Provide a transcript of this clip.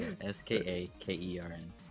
S-K-A-K-E-R-N